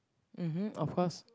mmhmm of course